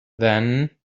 then